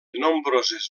nombroses